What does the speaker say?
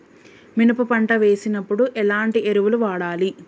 మినప పంట వేసినప్పుడు ఎలాంటి ఎరువులు వాడాలి?